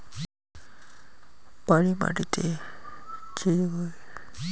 বাড়ি মাটিতে যে গৈরী ছা করাং ভুঁইতে চাষ করাং আলু, বিট রুট হই